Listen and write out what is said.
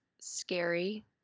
scary